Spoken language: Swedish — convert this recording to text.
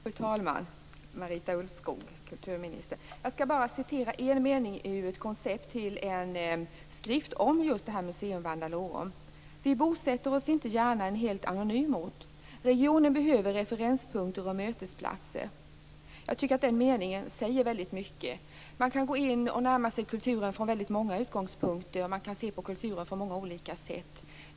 Fru talman! Marita Ulvskog! Jag skall återge en mening ur ett koncept till en skrift om Museum Vandalorum: Vi bosätter oss inte gärna i en helt anonym ort. Regionen behöver referenspunkter och mötesplatser. Jag tycker att den meningen säger väldigt mycket. Man kan gå in och närma sig kulturen från många utgångspunkter och man kan se på kulturen på många olika sätt.